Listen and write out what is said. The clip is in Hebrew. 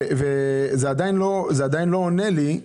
בתכנית 07-50-02. אני מדבר על סעיף 38. מה זה סעיף 38?